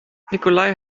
nikolai